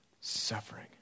Suffering